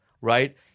right